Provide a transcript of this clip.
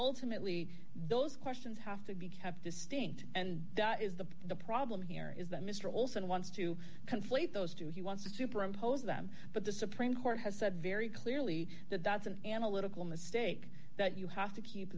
ultimately those questions have to be kept distinct and that is the the problem here is that mister olson wants to conflate those two he wants to superimpose them but the supreme court has said very clearly that that's an analytical mistake that you have to keep